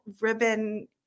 ribbon